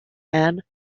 and